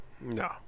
No